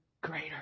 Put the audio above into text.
greater